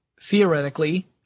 theoretically